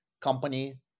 company